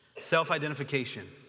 Self-identification